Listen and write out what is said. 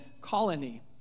colony